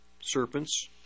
serpents